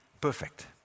perfect